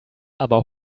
aber